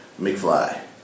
McFly